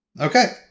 Okay